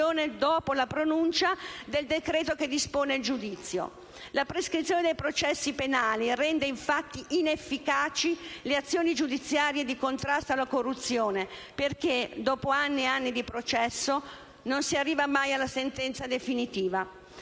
La prescrizione dei processi penali rende infatti inefficaci le azioni giudiziarie di contrasto alla corruzione, perché, dopo anni e anni di processo, non si arriva mai alla sentenza definitiva.